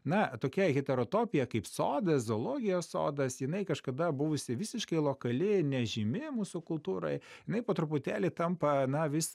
na tokia heterotopija kaip sodas zoologijos sodas jinai kažkada buvusi visiškai lokali nežymi mūsų kultūroj jinai po truputėlį tampa na vis